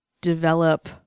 develop